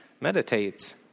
meditates